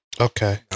Okay